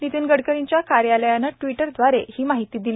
नितीन गडकरींच्या कार्यालयाने ट्वीटर द्वारे ही माहिती दिली